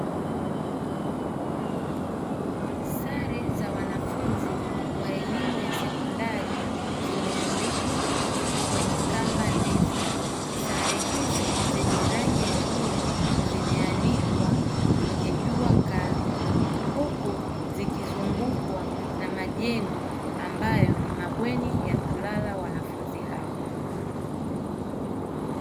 Sare za wanafunzi wa elimu ya sekondari zimeanikwa kwenye kamba ndefu, sare hizi zenye rangi ya buluu zimeanikwa kwenye jua kali huku zikizungukwa na majengo ambayo ni mabweni ya kulala wanafunzi hao.